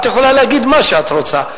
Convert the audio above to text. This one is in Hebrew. את יכולה להגיד מה שאת רוצה.